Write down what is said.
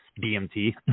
DMT